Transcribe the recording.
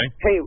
Hey